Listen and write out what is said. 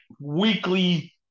weekly